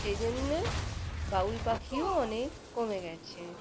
সেই জন্যে বাবুই পাখিও অনেক কমে গিয়েছে